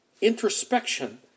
Introspection